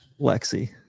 Lexi